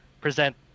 present